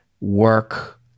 work